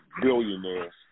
billionaires